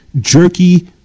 jerky